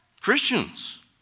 Christians